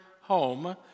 home